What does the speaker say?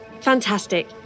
Fantastic